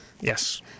Yes